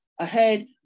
ahead